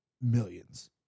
millions